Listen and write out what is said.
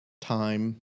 time